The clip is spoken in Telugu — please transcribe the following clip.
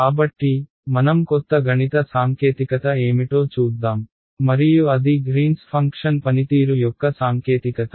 కాబట్టి మనం కొత్త గణిత సాంకేతికత ఏమిటో చూద్దాం మరియు అది గ్రీన్స్ ఫంక్షన్ పనితీరు యొక్క సాంకేతికత